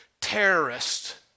terrorist